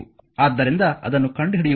ಆದ್ದರಿಂದ ಅದನ್ನು ಕಂಡುಹಿಡಿಯುವುದು ಹೇಗೆ